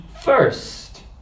first